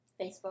Facebook